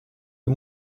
die